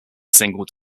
single